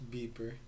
Beeper